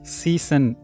season